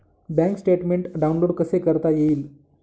Bank statement download कसे करता येईल?